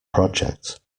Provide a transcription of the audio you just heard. project